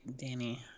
Danny